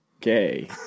gay